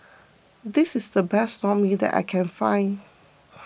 this is the best Lor Mee that I can find